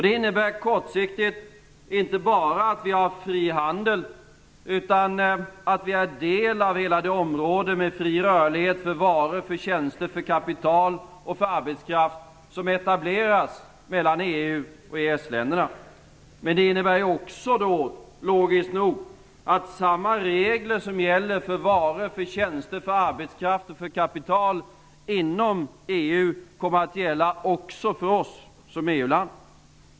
Det innebär kortsiktigt inte bara att vi har fri handel, utan också att vi har del av hela det område med fri rörlighet för varor, tjänster, kapital och arbetskraft som etablerats mellan EU och EES länderna. Men det innebär också, logiskt nog, att samma regler som gäller för varor, tjänster, kapital och arbetskraft inom EU kommer att gälla också för oss som EU-land.